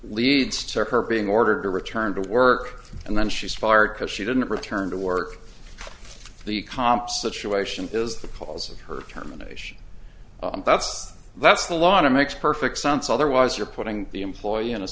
leads to her being ordered to return to work and then she's fired because she didn't return to work the comp situation is the cause of her terminations that's that's a lot of makes perfect sense otherwise you're putting the employee in a